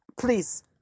please